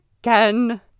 again